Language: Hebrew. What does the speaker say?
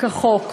כחוק.